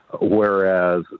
Whereas